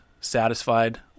satisfied